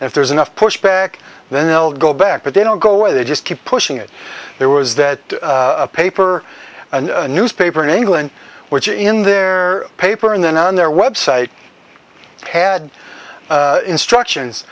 if there's enough push back then they'll go back but they don't go away they just keep pushing it there was that a paper and a newspaper in england which in their paper and then on their website had instructions